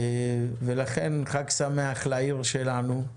ולכן חג שמח לעיר שלנו,